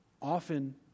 Often